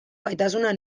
gaitasuna